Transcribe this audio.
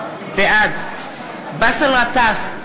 בעד באסל גטאס,